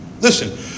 Listen